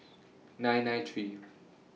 nine nine three